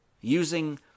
Using